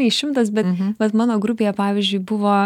nei šimtas bet bet mano grupėje pavyzdžiui buvo